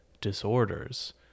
disorders